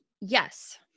Yes